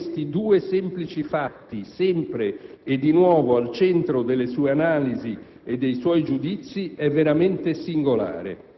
Che nessuno o quasi ponga questi due semplici fatti, sempre e di nuovo, al centro delle sue analisi e dei suoi giudizi è veramente singolare.